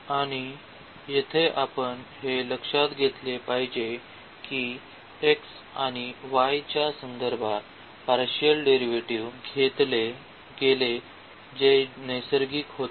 आणि येथे आपण हे लक्षात घेतले पाहिजे की x आणि y च्या संदर्भात पार्शिअल डेरिव्हेटिव्ह घेतले गेले जे नैसर्गिक होते